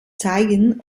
zeigen